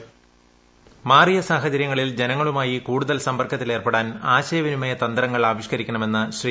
voice മാറിയ സാഹചര്യങ്ങളിൽ ജനങ്ങളുമായി കൂടുതൽ സമ്പർക്കത്തിൽ ഏർപ്പെടാൻ ആശയവിനിമയ തന്ത്രങ്ങൾ ആവിഷ്കരിക്കണമെന്ന് ശ്രീ